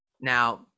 Now